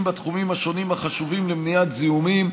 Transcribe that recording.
בתחומים השונים החשובים למניעת זיהומים,